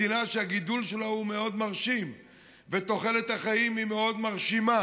מדינה שהגידול שלה הוא מאוד מרשים ותוחלת החיים היא מאוד מרשימה.